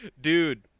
dude